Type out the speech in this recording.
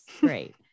Great